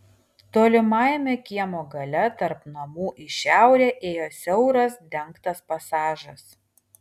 tolimajame kiemo gale tarp namų į šiaurę ėjo siauras dengtas pasažas